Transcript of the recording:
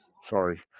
Sorry